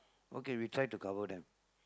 okay we try to cover them